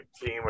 team